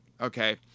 okay